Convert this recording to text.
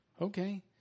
okay